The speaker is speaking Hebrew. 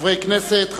חברי כנסת,